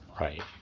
Right